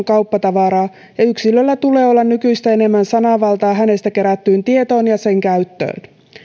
kauppatavaraa ja yksilöllä tulee olla nykyistä enemmän sananvaltaa hänestä kerättyyn tietoon ja sen käyttöön